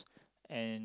and